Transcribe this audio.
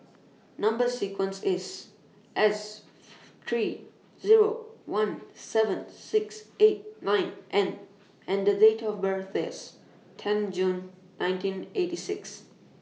Number sequence IS S three Zero one seven six eight nine N and The Date of birth IS ten June nineteen eighty six